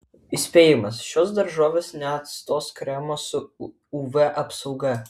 įspėjimas šios daržovės neatstos kremo su uv apsauga